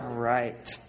Right